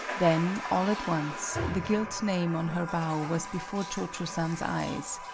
then, all at once, the gilt name on her bow was before cho-cho-san's eyes.